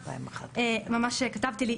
ממש כתבתי לי,